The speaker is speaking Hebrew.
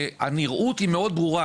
הנראות היא מאוד ברורה,